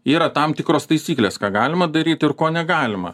yra tam tikros taisyklės ką galima daryt ir ko negalima